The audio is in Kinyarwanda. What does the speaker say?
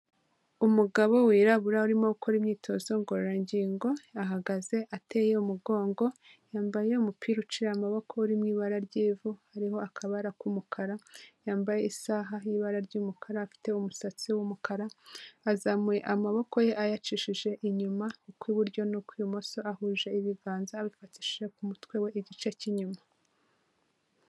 Umugabo wirabura urimo gukora imyitozo ngororangingo, ahagaze ateye umugongo, yambaye umupira uciye amaboko uri mu ibara ry'ivu, hariho akabara k'umukara, yambaye isaha y'ibara ry'umukara, afite umusatsi w'umukara, azamuye amaboko ye ayacishije inyuma, ukw'iburyo n'ukw'ibumoso, ahuje ibiganza abifatishije ku mutwe we igice cy'inyuma.